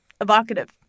evocative